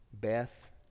Beth